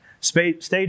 Stage